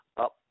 up